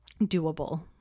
doable